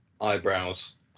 eyebrows